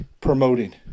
promoting